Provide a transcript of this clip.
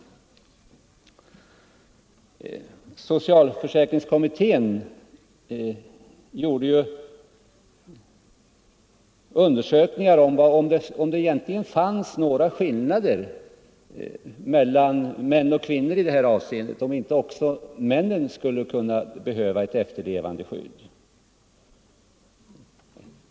Socialförsäkringskommittén undersökte ju om det egentligen fanns några skillnader mellan männens och kvinnornas situation i det aktuella avseendet och om inte också männen skulle behöva ett efterlevandeskydd.